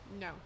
No